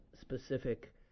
specific